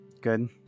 good